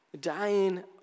Dying